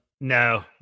No